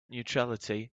neutrality